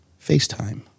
FaceTime